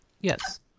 Yes